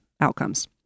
outcomes